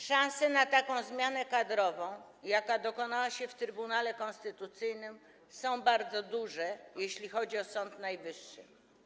Szanse na taką zmianę kadrową, jaka dokonała się w Trybunale Konstytucyjnym, są bardzo duże, jeśli chodzi o Sąd Najwyższy.